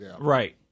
Right